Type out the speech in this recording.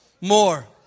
more